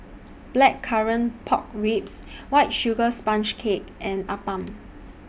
Blackcurrant Pork Ribs White Sugar Sponge Cake and Appam